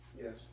Yes